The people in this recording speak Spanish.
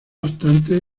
obstante